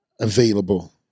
Available